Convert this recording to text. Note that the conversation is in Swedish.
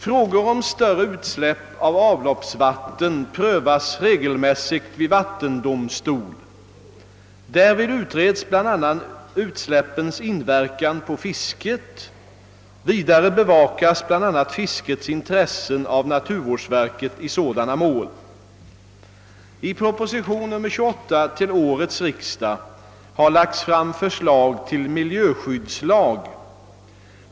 Frågor om större utsläpp av avloppsvatten prövas regelmässigt vid vattendomstol. Därvid utreds bl.a. utsläppens inverkan på fisket. Vidare bevakas bl.a. fiskets intressen av naturvårdsverket i sådana mål. I propositionen nr 28 till årets riksdag har lagts fram förslag till miljöskyddslag.